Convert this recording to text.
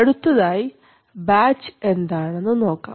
അടുത്തതായി ബാച്ച് എന്താണെന്ന് നോക്കാം